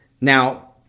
Now